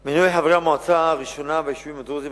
1 2. מינוי חברי המועצה הראשונה של היישובים הדרוזיים